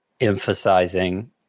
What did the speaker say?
emphasizing